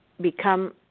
become